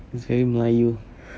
it's very melayu